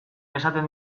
esaten